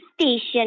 station